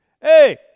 Hey